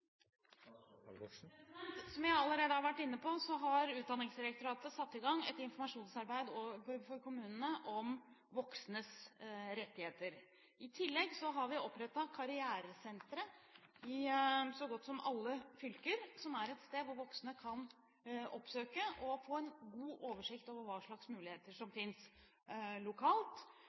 Som jeg allerede har vært inne på, har Utdanningsdirektoratet satt i gang et informasjonsarbeid overfor kommunene om voksnes rettigheter. I tillegg har vi opprettet karrieresentre i så godt som alle fylker, som er et sted voksne kan oppsøke og få en god oversikt over hva slags muligheter som fins lokalt,